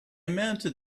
mounted